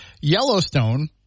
Yellowstone